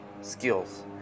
skills